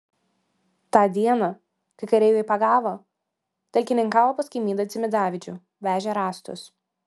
tą dieną kai kareiviai pagavo talkininkavo pas kaimyną dzimidavičių vežė rąstus